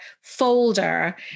folder